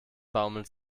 baumeln